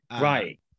Right